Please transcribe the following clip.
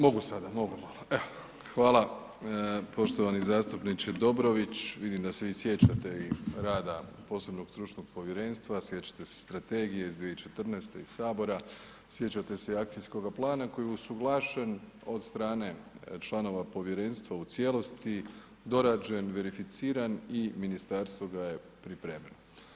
Mogu sada, mogu malo, evo hvala, poštovani zastupniče Dobrović, vidim da se vi sjećate i rada posebnog stručnog povjerenstva, sjećate se strategije iz 2014. i Sabora, sjećate se i akcijskoga plana koji je usuglašen od strane članova povjerenstva u cijelosti, dorađen, verificiran i ministarstvo ga je pripremilo.